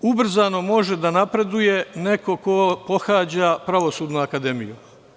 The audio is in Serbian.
Ubrzano može da napreduje neko ko pohađa Pravosudnu akademiju.